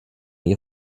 ihr